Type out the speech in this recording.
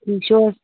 ٹھیٖک چھِو حظ